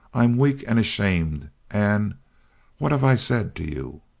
i'm weak and ashamed and what have i said to you?